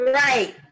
right